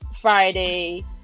Friday